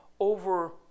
over